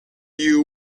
you